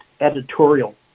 editorial